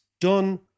done